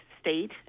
state